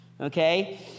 okay